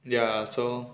ya so